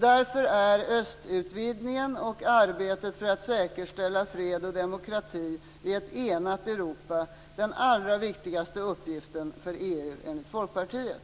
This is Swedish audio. Därför är östutvidgningen och arbetet för att säkerställa fred och demokrati i ett enat Europa den allra viktigaste uppgiften för EU enligt Folkpartiet.